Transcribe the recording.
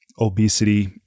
obesity